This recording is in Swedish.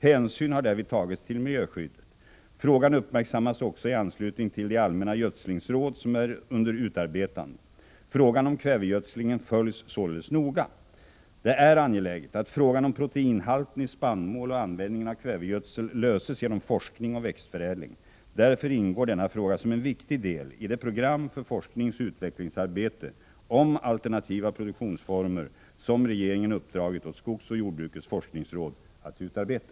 Hänsyn har därvid tagits till miljöskyddet. Frågan uppmärksammas också i anslutning till de allmänna gödslingsråd som är under utarbetande. Frågan om kvävegödslingen följs således noga. Det är angeläget att frågan om proteinhalten i spannmål och användningen av kvävegödsel löses genom forskning och växtförädling. Därför ingår denna fråga som en viktig deli de program för forskningsoch utvecklingsarbete om alternativa produktionsformer som regeringen uppdragit åt skogsoch jordbrukets forskningsråd att utarbeta.